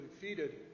defeated